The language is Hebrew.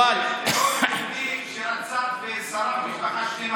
טרור יהודי שרצח ושרף משפחה שלמה,